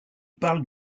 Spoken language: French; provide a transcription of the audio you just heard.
parle